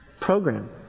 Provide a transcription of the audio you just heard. Program